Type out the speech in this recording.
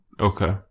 Okay